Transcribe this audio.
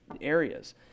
areas